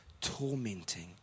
tormenting